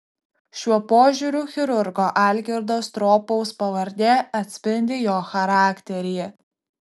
šiuo požiūriu chirurgo algirdo stropaus pavardė atspindi jo charakterį